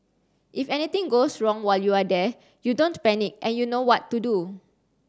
if anything goes wrong while you're there you don't panic and you know what to do